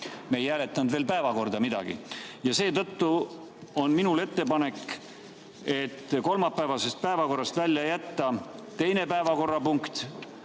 me ei hääletanud veel päevakorda midagi. Seetõttu on minul ettepanek kolmapäevasest päevakorrast välja jätta teine päevakorrapunkt,